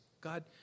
God